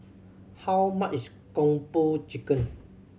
how much is Kung Po Chicken